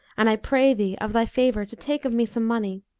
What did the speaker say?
and i pray thee, of thy favour, to take of me some money,